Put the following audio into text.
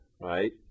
right